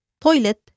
toilet